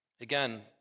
again